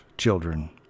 children